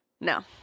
no